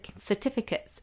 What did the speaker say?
certificates